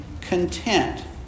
content